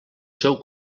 seu